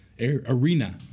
arena